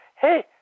hey